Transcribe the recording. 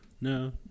no